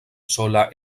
sola